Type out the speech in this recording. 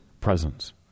presence